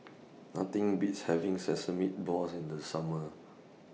Nothing Beats having Sesame Balls in The Summer